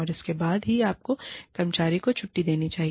और उसके बाद ही आपको कर्मचारी को छुट्टी देनी चाहिए